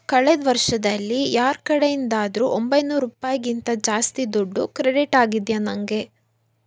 ಕಳೆದ ವರ್ಷದಲ್ಲಿ ಯಾರ ಕಡೆಯಿಂದಾದರೂ ಒಂಬೈನೂರು ರೂಪಾಯಿಗಿಂತ ಜಾಸ್ತಿ ದುಡ್ಡು ಕ್ರೆಡಿಟ್ ಆಗಿದೆಯಾ ನನಗೆ